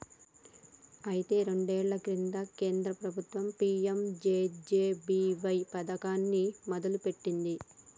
అయితే రెండేళ్ల కింద కేంద్ర ప్రభుత్వం పీ.ఎం.జే.జే.బి.వై పథకాన్ని మొదలుపెట్టింది